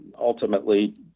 ultimately